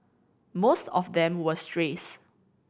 most of them were strays